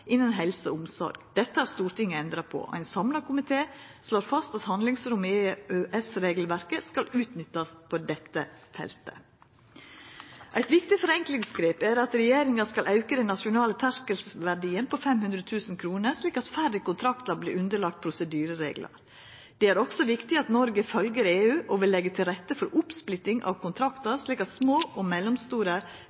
innan helse og omsorg. Dette har Stortinget endra på. Ein samla komité slår fast at handlingsrommet i EØS-regelverket skal utnyttast på dette feltet. Eit viktig grep for å forenkla er at regjeringa skal auke den nasjonale terskelverdien på 500 000 kr, slik at færre kontraktar kjem inn under prosedyrereglar. Det er også viktig at Noreg fylgjer EU og vil leggja til rette for oppsplitting av